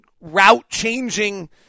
route-changing